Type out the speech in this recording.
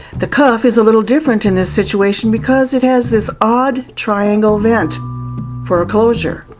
the cuff is a little different in this situation because it has this odd triangle vent for a closure,